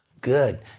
Good